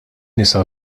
nisa